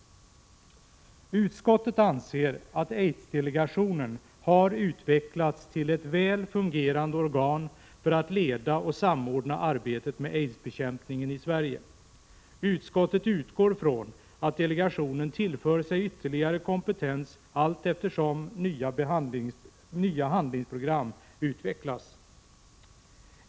Utskottet anser att aidsdelegationen har utvecklats till ett väl fungerande organ för att leda och samordna arbetet med aidsbekämpningen i Sverige. Utskottet utgår från att delegationen tillför sig ytterligare kompetens allteftersom nya handlingsprogram utvecklas.